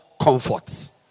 comforts